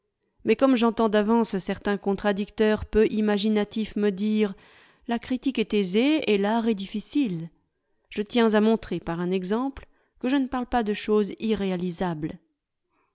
mais comme j'entends d'avance certains contradicteurs peu imaginatifs me dire la critique est aisée et l'art est difficile je tiens à montrer par un exemple que je ne parle pas de choses irréalisables